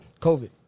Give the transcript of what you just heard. COVID